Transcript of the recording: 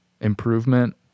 improvement